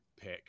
pick